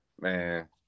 man